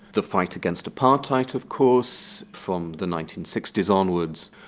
the fight against apartheid of course from the nineteen sixty s onwards,